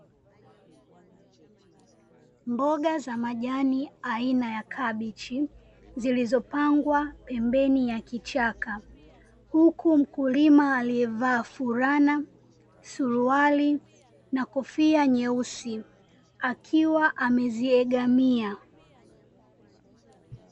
Mboga za majani aina ya kabichi zilizopangwa pembeni ya kichaka huku mkulima aliyevaa fulana, suruali na kofia nyeusi akiwa ameziegamia.